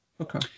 Okay